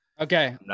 okay